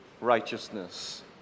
righteousness